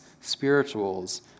spirituals